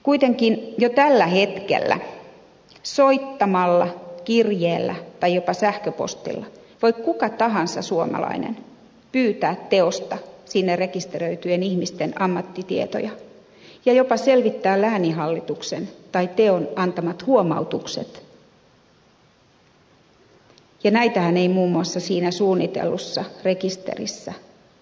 kuitenkin jo tällä hetkellä soittamalla kirjeellä tai jopa sähköpostilla voi kuka tahansa suomalainen pyytää teosta sinne rekisteröityjen ihmisten ammattitietoja ja jopa selvittää lääninhallituksen tai teon antamat huomautukset ja näitähän ei muun muassa siinä suunnitellussa rekisterissä tule julki